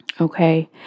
Okay